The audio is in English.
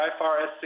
IFRS